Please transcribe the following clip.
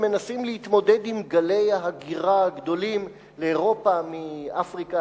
הם מנסים להתמודד עם גלי הגירה גדולים לאירופה מאפריקה,